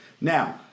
Now